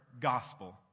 gospel